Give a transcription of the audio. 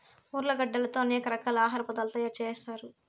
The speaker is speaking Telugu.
ఉర్లగడ్డలతో అనేక రకాల ఆహార పదార్థాలు తయారు చేత్తారు